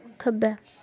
खब्बै